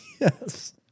Yes